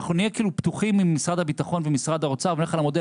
אנחנו נהיה פתוחים עם משרד הביטחון ומשרד האוצר ונלך על המודל